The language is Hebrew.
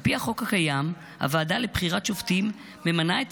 על פי החוק הקיים, הוועדה לבחירת שופטים ממנה את